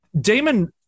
Damon